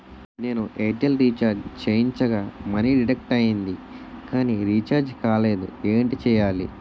నేను Airtel recharge చేయించగా money deduct అయ్యింది కానీ రీఛార్జ్ కాలేదు ఏంటి చేయాలి?